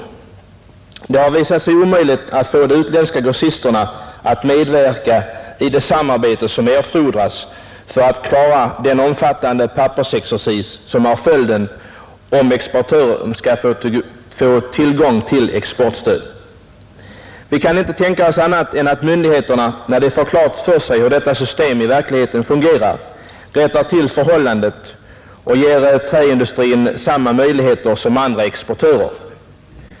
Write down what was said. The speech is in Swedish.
Det har visat sig omöjligt att få de utländska grossisterna att medverka i det samarbete som erfordras för att klara den omfattande pappersexercis som blir följden om exportören önskar få tillgång till exportstöd. Vi kan inte tänka oss annat än att myndigheterna när de får klart för sig hur detta system i verkligheten fungerar rättar till missförhållandet och ger träindustrin samma möjligheter som andra exportörer.